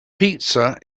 pizza